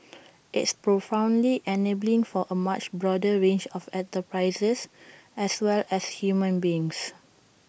it's profoundly enabling for A much broader range of enterprises as well as human beings